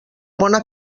bona